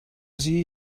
sie